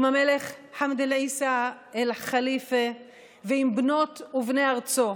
עם המלך חמד בן עיסא אאל ח'ליפה ועם בנות ובני ארצו.